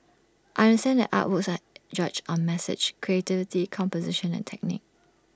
I understand that artworks are judged on message creativity composition and technique